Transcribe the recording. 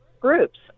groups